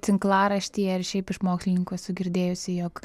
tinklaraštyje ir šiaip iš mokslininkų esu girdėjusi jog